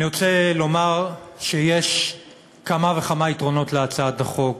אני רוצה לומר שיש כמה וכמה יתרונות להצעת החוק,